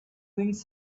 rings